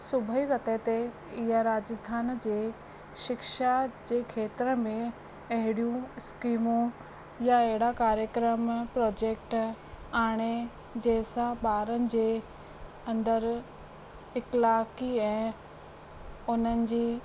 सूबेई सतह ते या राजस्थान जे शिक्षा जे खेत्र में अहेड़ियूं स्कीमूं या अहिड़ा कार्यक्रम प्रोजेक्ट आणे जंहिंसां ॿारनि जे अंदरि इक्लाकी ऐं उन्हनि जी